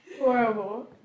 horrible